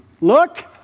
Look